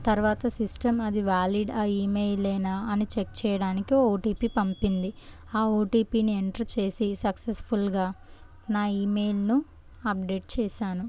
తరువాత సిస్టమ్ అది వ్యాలిడ్ ఆ ఈమెయిలేనా అని చెక్ చెయ్యడానికి ఓటీపీ పంపింది ఆ ఓటీపీని ఎంటర్ చేసి సక్సెస్ఫుల్గా నా ఈమెయిల్ను అప్డేట్ చేశాను